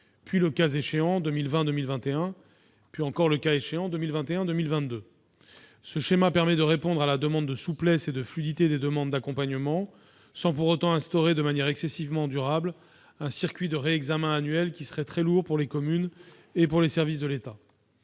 et, le cas échéant, 2020-2021 et 2021-2022. Ce schéma permettra de répondre à la demande de souplesse et de fluidité dans la gestion des demandes d'accompagnement, sans pour autant instaurer de manière excessivement durable un circuit de réexamen annuel qui serait très lourd pour les communes comme pour les services de l'État.